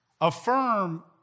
affirm